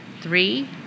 three